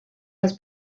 has